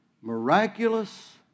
Miraculous